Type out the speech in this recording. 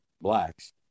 blacks